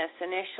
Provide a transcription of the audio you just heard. initially